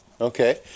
Okay